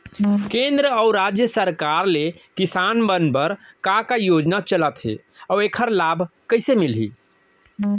केंद्र अऊ राज्य सरकार ले किसान मन बर का का योजना चलत हे अऊ एखर लाभ कइसे मिलही?